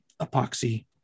epoxy